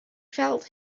felt